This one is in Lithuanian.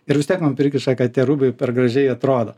ir vis tiek man prikiša kad tie rūbai per gražiai atrodo